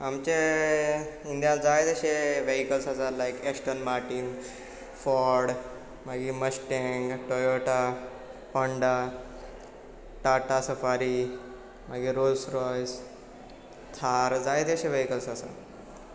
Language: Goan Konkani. आमचे इंडियान जाय तशे वेयिकल्स आसा लायक एश्टन मार्टीन फॉर्ड मागीर Mustang Toyota Honda Tata Safari मागीर रोल्स रॉयस थार जाय तशे वेहिकल्स आसा